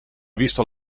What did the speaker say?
visto